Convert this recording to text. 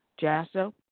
Jasso